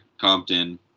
compton